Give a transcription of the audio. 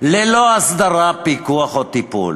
ללא הסדרה, פיקוח או טיפול.